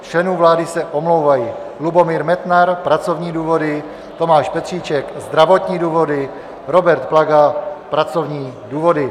Z členů vlády se omlouvají: Lubomír Metnar pracovní důvody, Tomáš Petříček zdravotní důvody, Robert Plaga pracovní důvody.